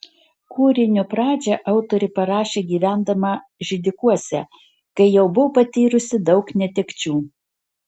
kūrinio pradžią autorė parašė gyvendama židikuose kai jau buvo patyrusi daug netekčių